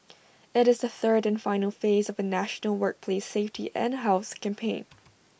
IT is the third and final phase of A national workplace safety and health campaign